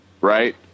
right